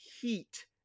heat